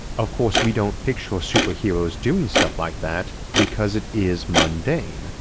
of course we don't picture superheroes doing stuff like that because it is mundane,